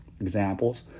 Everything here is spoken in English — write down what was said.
Examples